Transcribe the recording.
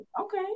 Okay